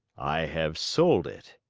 i have sold it.